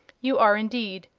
you are, indeed.